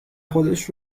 خودش